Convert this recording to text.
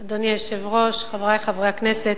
אדוני היושב-ראש, חברי חברי הכנסת,